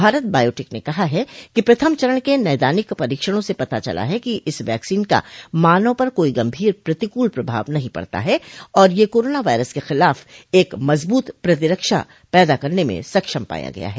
Bharat biotech ने कहा है कि प्रथम चरण के नैदानिक परीक्षणों से पता चला है कि इस वैक्सीन का मानव पर कोई गंभीर प्रतिकूल प्रभाव नहीं पड़ता है और यह कोरोना वायरस के खिलाफ एक मजबूत प्रतिरक्षा पैदा करने में सक्षम पाया गया है